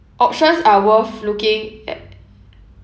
options are worth looking at